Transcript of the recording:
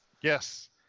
Yes